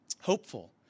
hopeful